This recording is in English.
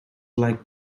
liked